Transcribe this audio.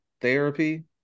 therapy